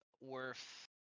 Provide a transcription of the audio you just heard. worth